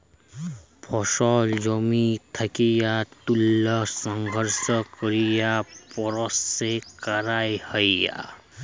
ফসল জমি থ্যাকে ত্যুলে সংগ্রহ ক্যরে পরসেস ক্যরা হ্যয়